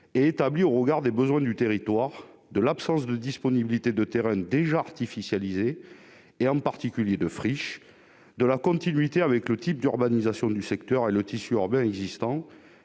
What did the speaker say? est établie au regard des besoins du territoire, de l'absence de disponibilité de terrains déjà artificialisés, en particulier de friches, et de la continuité du projet avec le type d'urbanisation du secteur et le tissu urbain existant,